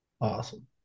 Awesome